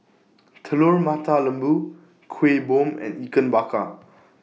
Telur Mata Lembu Kuih Bom and Ikan Bakar